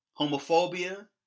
Homophobia